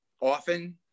often